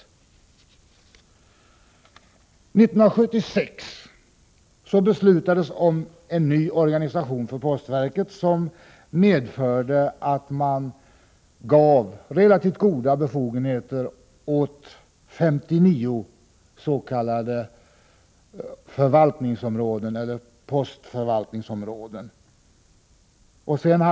År 1976 beslutades det om en ny organisation för postverket, vilken medförde att man gav relativt goda befogenheter åt 59 s.k. postförvaltningsområden.